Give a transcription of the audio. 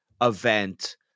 event